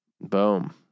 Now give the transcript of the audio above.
boom